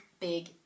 Big